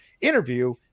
interview